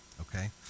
okay